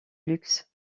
luxe